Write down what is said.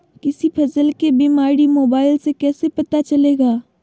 किसी फसल के बीमारी मोबाइल से कैसे पता चलेगा?